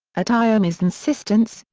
at iommi's insistence,